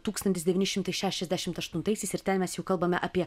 tūkstantis devyni šimtai šešiasdešimt aštuntaisiais ir ten mes juk kalbame apie